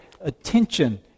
attention